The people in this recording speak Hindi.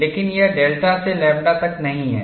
लेकिन यह डेल्टा से लैम्ब्डा तक नहीं है